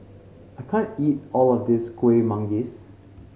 I can't eat all of this Kuih Manggis